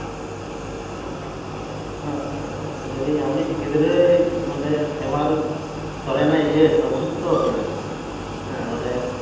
ᱞᱟᱹᱭᱫᱟᱹᱧ ᱟᱢᱤᱡ ᱜᱤᱫᱽᱨᱟᱹ ᱱᱚᱸᱰᱮ ᱦᱮᱢᱟᱞ ᱥᱚᱨᱮᱱᱮᱭ ᱤᱭᱟᱹᱣ ᱟᱠᱟᱱᱟ ᱚᱥᱩᱥᱛᱷᱚᱣ ᱟᱠᱟᱱᱟᱭ ᱦᱮᱸ ᱱᱚᱸᱰᱮ